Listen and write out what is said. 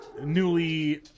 newly